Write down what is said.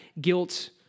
guilt